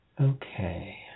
Okay